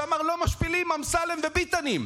אמר: לא משפילים אמסלמים וביטנים.